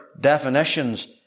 definitions